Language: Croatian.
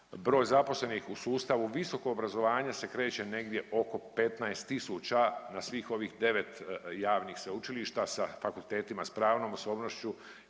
Broj zaposlenih u sustavu visokog obrazovanja se kreće negdje oko 15.000 na svih ovih 9 javnih sveučilišta sa fakultetima s pravnom osobnošću